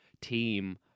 team